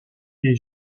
est